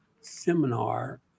seminar